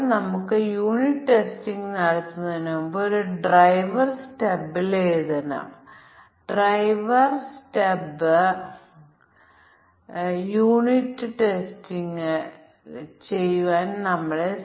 ഇതുവരെ ഞങ്ങൾ black box testing ടെക്നിക്കുകൾ തുല്യതാ പരിശോധന പ്രത്യേക മൂല്യ പരിശോധന എന്നിവ നോക്കി